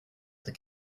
that